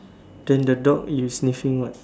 then the dog is sniffing what